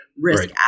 risk